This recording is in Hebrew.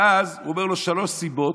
ואז הוא אומר לו שלוש סיבות,